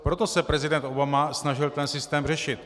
Proto se prezident Obama snažil ten systém řešit.